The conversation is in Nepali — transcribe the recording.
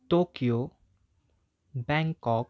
टोक्यो ब्याङ्कक